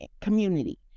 community